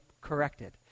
corrected